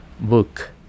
Book